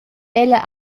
ella